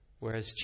Whereas